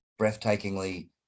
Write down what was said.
breathtakingly